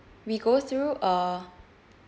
we go through uh